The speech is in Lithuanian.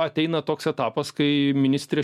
ateina toks etapas kai ministrė